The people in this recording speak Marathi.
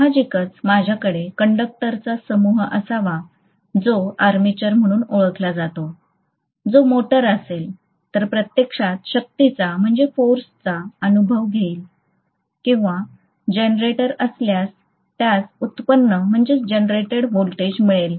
साहजिकच माझ्याकडे कंडक्टरांचा समूह असावा जो आर्मेचर म्हणून ओळखला जातो जो मोटर असेल तर प्रत्यक्षात शक्तीचा अनुभव घेईल किंवा जनरेटर असल्यास त्यास व्युत्पन्न व्होल्टेज मिळेल